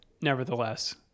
nevertheless